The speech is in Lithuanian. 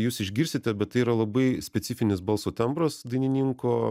jūs išgirsite bet tai yra labai specifinis balso tembras dainininko